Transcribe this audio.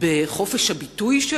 ובלי מקור פרנסה,